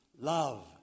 love